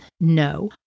no